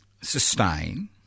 sustain